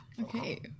okay